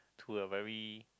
to a very